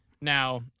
now